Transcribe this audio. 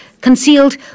concealed